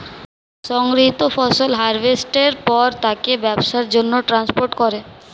সংগৃহীত ফসল হারভেস্টের পর তাকে ব্যবসার জন্যে ট্রান্সপোর্ট করে